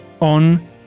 on